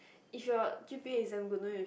if you are g_p_a is damn good don't need to